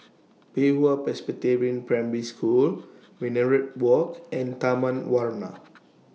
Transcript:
Pei Hwa Presbyterian Prime School Minaret Walk and Taman Warna